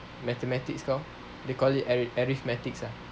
mathematics lor they call it arithmetics